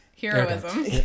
heroism